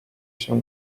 się